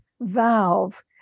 valve